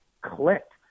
clicked